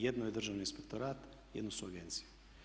Jedno je Državni inspektorat, jedno su agencije.